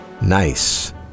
Nice